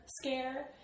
scare